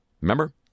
Remember